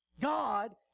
God